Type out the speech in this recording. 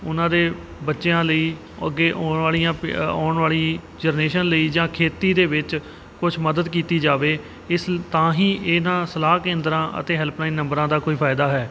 ਉਹਨਾਂ ਦੇ ਬੱਚਿਆਂ ਲਈ ਅੱਗੇ ਆਉਣ ਵਾਲੀਆਂ ਪੀ ਆਉਣ ਵਾਲੀ ਜਨਰੇਸ਼ਨ ਲਈ ਜਾਂ ਖੇਤੀ ਦੇ ਵਿੱਚ ਕੁਛ ਮਦਦ ਕੀਤੀ ਜਾਵੇ ਇਸ ਲ ਤਾਂ ਹੀ ਇਹਨਾਂ ਸਲਾਹ ਕੇਂਦਰਾਂ ਅਤੇ ਹੈਲਪਲਾਈਨ ਨੰਬਰਾਂ ਦਾ ਕੋਈ ਫਾਇਦਾ ਹੈ